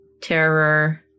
terror